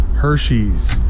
Hershey's